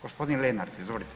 Gospodin Lenart, izvolite.